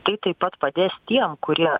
tai taip pat padės tiem kurie